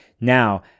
Now